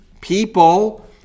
people